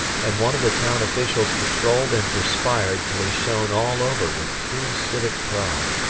and one of the town officials patrolled and perspired till he shone all over with pure civic pride.